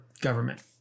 government